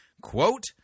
quote